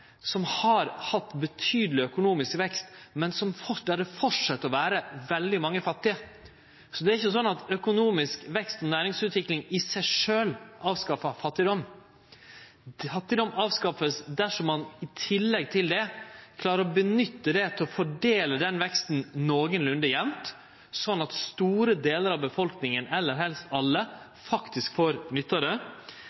som har hatt betydeleg økonomisk vekst, men der det fortset å vere veldig mange fattige. Det er ikkje slik at økonomisk vekst og næringsutvikling i seg sjølv avskaffar fattigdom. Fattigdom vert avskaffa dersom ein i tillegg til dette klarer å fordele veksten nokolunde jamt, slik at store delar av befolkninga – eller helst alle